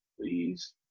please